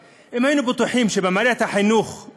אני חייבת להגיד: אם יש מישהו שנאבק כל החיים שלו,